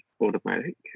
automatic